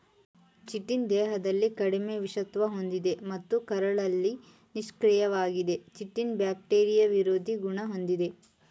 chitin ದೇಹದಲ್ಲಿ ಕಡಿಮೆ ವಿಷತ್ವ ಹೊಂದಿದೆ ಮತ್ತು ಕರುಳಲ್ಲಿ ನಿಷ್ಕ್ರಿಯವಾಗಿದೆ ಚಿಟಿನ್ ಬ್ಯಾಕ್ಟೀರಿಯಾ ವಿರೋಧಿ ಗುಣ ಹೊಂದಿದೆ